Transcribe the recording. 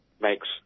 makes